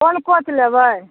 कोन कोच लेबै